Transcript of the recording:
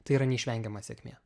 tai yra neišvengiama sėkmė